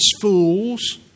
fools